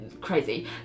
crazy